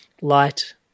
light